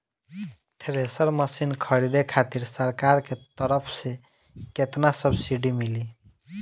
Thresher machine खरीदे खातिर सरकार के तरफ से केतना सब्सीडी मिली?